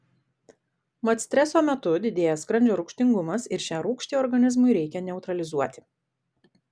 mat streso metu didėja skrandžio rūgštingumas ir šią rūgštį organizmui reikia neutralizuoti